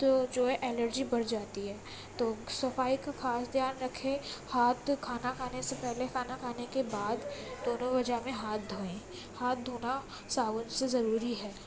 تو جو ہے الرجی برھ جاتی ہے تو صفائی کا خاص دھیان رکھے ہاتھ کھانا کھانے سے پہلے کھانا کھانے کے بعد دونوں وجہ میں ہاتھ دھوئیں ہاتھ دھونا صابن سے ضروری ہے